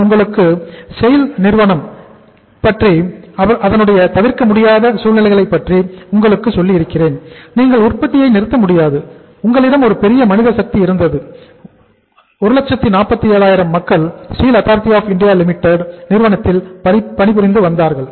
நான் உங்களுக்கு செய்யுல் நிறுவனத்தில் பணிபுரிந்து வந்தார்கள்